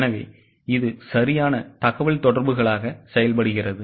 எனவே இது சரியான தகவல்தொடர்புகளாக செயல்படுகிறது